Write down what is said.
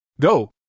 Go